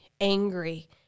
angry